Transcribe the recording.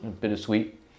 Bittersweet